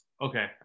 Okay